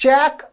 Jack